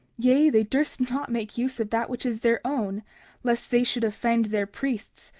yea, they durst not make use of that which is their own lest they should offend their priests,